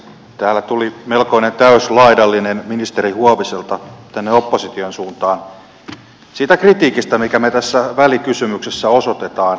täällä tuli melkoinen täyslaidallinen ministeri huoviselta tänne opposition suuntaan siitä kritiikistä mitä me tässä välikysymyksessä osoitamme